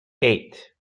eight